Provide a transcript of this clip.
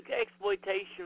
exploitation